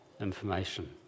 information